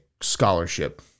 scholarship